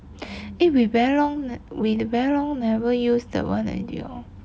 eh we very long we very long never use the one already hor